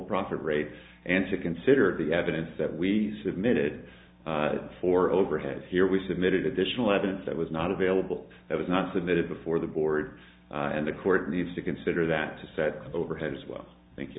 profit rate and to consider the evidence that we submitted for overhead here we submitted additional evidence that was not available that was not submitted before the board and the court needs to consider that to set overhead as well